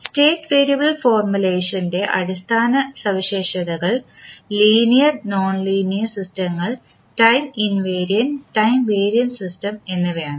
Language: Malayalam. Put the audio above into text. സ്റ്റേറ്റ് വേരിയബിൾ ഫോർമുലേഷന്റെ അടിസ്ഥാന സവിശേഷതകൾ ലീനിയർ നോൺലീനിയർ സിസ്റ്റങ്ങൾ ടൈം ഇൻവേരിയൻറെ ടൈം വേരിയൻറെ സിസ്റ്റം എന്നിവയാണ്